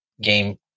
game